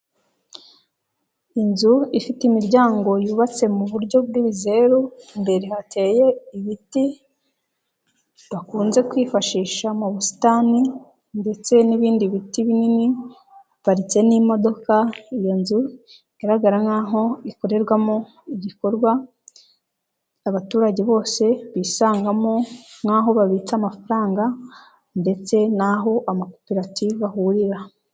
Inzu ifite imiryango yubatse mu buryo bw'ibizeru imbere hateye ibiti bakunze kwifashisha mu busitani ndetse n'ibindi biti binini, haparitse n'imodoka. Iyo nzu igaragara nk'aho ikorerwamo igikorwa, abaturage bose bisangamo nk'aho babitse amafaranga ndetse n'aho amakoperative ahurira.